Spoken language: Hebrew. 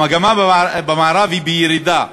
המגמה במערב היא ירידה,